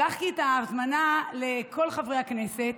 שלחתי את ההזמנה לכל חברי הכנסת.